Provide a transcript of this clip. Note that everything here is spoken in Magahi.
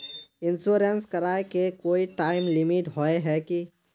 इंश्योरेंस कराए के कोई टाइम लिमिट होय है की?